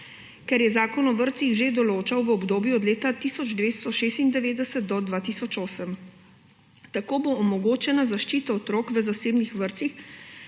kar je Zakon o vrtcih že določal v obdobju od leta 1996 do 2008. Tako bo omogočena zaščita otrok v zasebnih vrtcih,